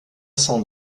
sans